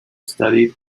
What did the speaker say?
studied